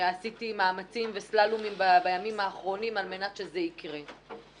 עשיתי מאמצים בימים האחרונים על מנת שזה יקרה.